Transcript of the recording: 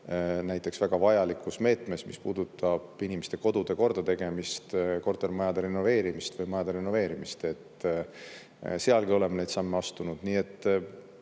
näiteks väga vajalikus meetmes, mis puudutab inimeste kodude kordategemist, kortermajade renoveerimist või majade renoveerimist, sealgi olema neid samme astunud.